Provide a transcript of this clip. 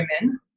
women